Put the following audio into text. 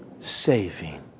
saving